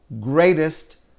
greatest